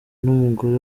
n’umugore